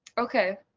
okay,